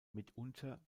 mitunter